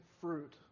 fruit